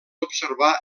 observar